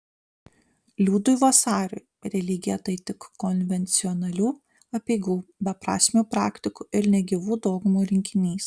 liudui vasariui religija tai tik konvencionalių apeigų beprasmių praktikų ir negyvų dogmų rinkinys